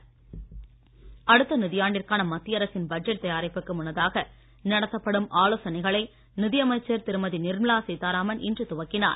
நிர்மலா சீத்தாராமன் அடுத்த நிதியாண்டிற்கான மத்திய அரசின் பட்ஜெட் தயாரிப்புக்கு முன்னதாக நடத்தப்படும் ஆலோசனைகளை நிதியமைச்சர் திருமதி நிர்மலா சீத்தாராமன் இன்று துவக்கினார்